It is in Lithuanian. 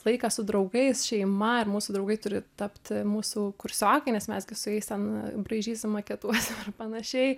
laiką su draugais šeima ir mūsų draugai turi tapti mūsų kursiokai nes mes gi su jais ten braižysim maketuosim ir panašiai